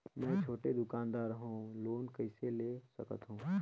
मे छोटे दुकानदार हवं लोन कइसे ले सकथव?